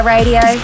Radio